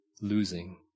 losing